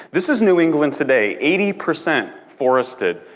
this is new england today. eighty percent forested.